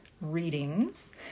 readings